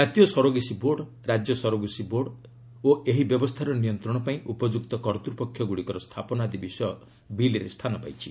କାତୀୟ surrogacy board ରାଜ୍ୟ surrogacy board ଓ ଏହି ବ୍ୟବସ୍ଥାର ନିୟନ୍ତ୍ରଣ ପାଇଁ ଉପଯୁକ୍ତ କର୍ତ୍ତ୍ପକ୍ଷଗୁଡ଼ିକର ସ୍ଥାପନ ଆଦି ବିଷୟ ବିଲ୍ରେ ସ୍ଥାନ ପାଇଛି